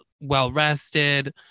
well-rested